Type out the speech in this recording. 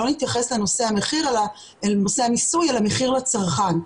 נתייחס לנושא המיסוי אלא למחיר לצרכן.